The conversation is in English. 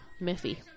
Miffy